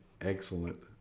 excellent